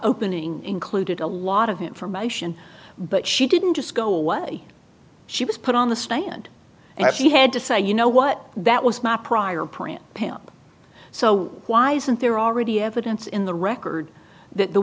opening included a lot of information but she didn't just go away she was put on the stand and she had to say you know what that was my prior print pimp so why isn't there already evidence in the record that the